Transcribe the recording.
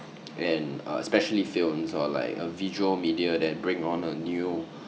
and uh especially films or like a visual media that bring on a new